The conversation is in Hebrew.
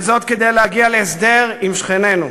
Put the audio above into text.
וזאת כדי להגיע להסדר עם שכנינו.